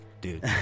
dude